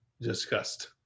discussed